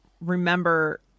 Remember